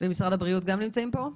משרד הבריאות גם נמצאים פה.